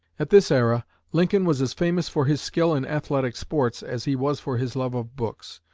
at this era lincoln was as famous for his skill in athletic sports as he was for his love of books.